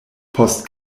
post